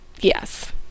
yes